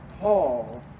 Paul